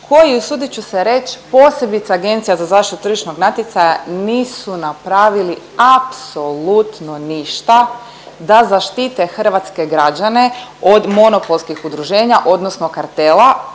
koji, usudit ću se reći, posebice AZTN nisu ništa apsolutno ništa da zaštite hrvatske građane od monopolskih udruženja odnosno kartela,